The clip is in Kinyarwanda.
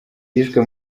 yishwe